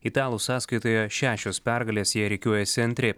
italų sąskaitoje šešios pergalės jie rikiuojasi antri